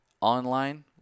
online